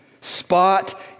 spot